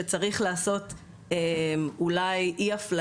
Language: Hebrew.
שאולי צריך לעשות אי הפללה,